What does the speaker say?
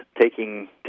taking